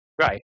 Right